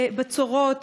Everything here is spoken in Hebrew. לבצורות.